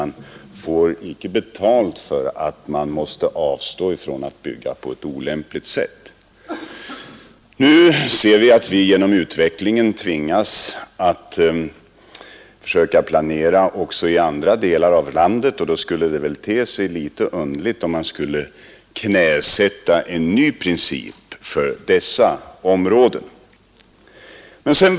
Nu tvingas vi på grund av utvecklingen att försöka planera också i andra delar av landet. Då skulle det väl te sig litet underligt om man skulle knäsätta en ny princip för dessa områden.